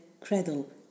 cradle